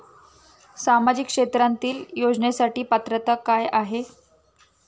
सामाजिक क्षेत्रांतील योजनेसाठी पात्रता काय आहे?